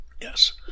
Yes